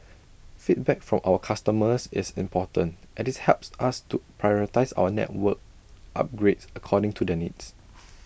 feedback from our customers is important as IT helps us to prioritise our network upgrades according to their needs